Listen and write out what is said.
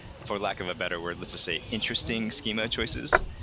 for lack of a better word, let's just say interesting schema choices,